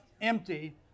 empty